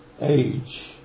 Age